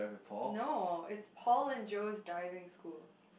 no it's Paul and Joe's Diving School